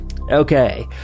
Okay